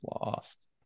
lost